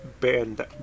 band